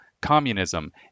communism